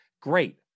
great